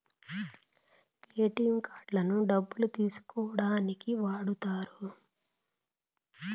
ATM కార్డులను డబ్బులు తీసుకోనీకి వాడుతారు